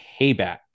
payback